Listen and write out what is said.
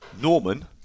Norman